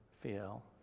feel